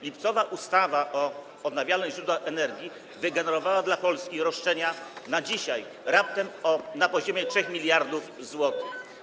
Lipcowa ustawa o odnawialnych źródłach energii wygenerowała dla Polski roszczenia na dzisiaj raptem na poziomie 3 mld zł.